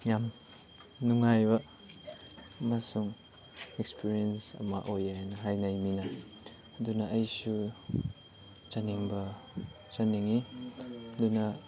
ꯌꯥꯝ ꯅꯨꯡꯉꯥꯏꯕ ꯑꯃꯁꯨꯡ ꯑꯦꯛꯁꯄꯤꯔꯤꯌꯦꯟꯁ ꯑꯃ ꯑꯣꯏꯌꯦ ꯍꯥꯏꯅ ꯍꯥꯏꯅꯩ ꯃꯤꯅ ꯑꯗꯨꯅ ꯑꯩꯁꯨ ꯆꯠꯅꯤꯡꯕ ꯆꯠꯅꯤꯡꯉꯤ ꯑꯗꯨꯅ